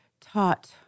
taught